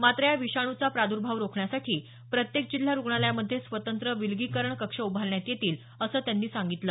मात्र या विषाणूचा प्रादुर्भाव रोखण्यासाठी प्रत्येक जिल्हा रूग्णालयामधे स्वतंत्र विलगीकरण कक्ष उभारण्यात येतील असं त्यांनी सांगितलं